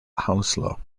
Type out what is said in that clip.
hounslow